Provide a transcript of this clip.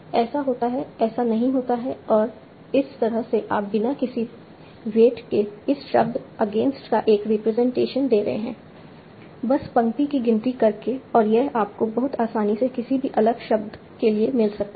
ऐसा होता है ऐसा नहीं होता है और इस तरह से आप बिना किसी वेट के इस शब्द अगेंस्ट का एक रिप्रेजेंटेशन दे रहे हैं बस पंक्ति की गिनती करके और यह आपको बहुत आसानी से किसी भी अलग शब्द के लिए मिल सकता है